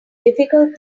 difficult